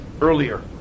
earlier